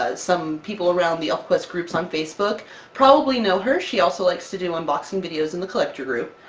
ah some people around the elfquest groups on facebook probably know her, she also likes to do unboxing videos in the collector group.